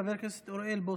חבר הכנסת אוריאל בוסו.